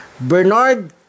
bernard